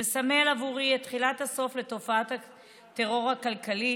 שמסמל עבורי את תחילת הסוף לתופעת הטרור הכלכלי